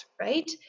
right